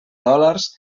dòlars